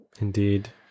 Indeed